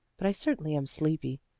but i certainly am sleepy,